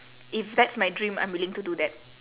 if that's my dream I'm willing to do that